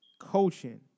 coaching